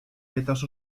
vetas